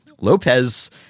Lopez